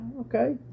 okay